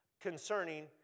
concerning